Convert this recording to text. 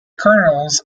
kernels